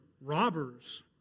robbers